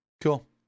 Cool